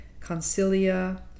Concilia